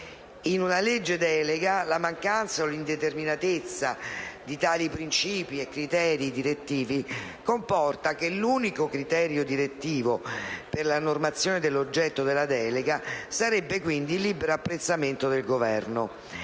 In una legge delega la mancanza o l'indeterminatezza di tali principi e criteri direttivi comporta che l'unico criterio direttivo per la normazione dell'oggetto della delega sarebbe quindi il libero apprezzamento del Governo